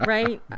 Right